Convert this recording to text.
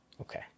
Okay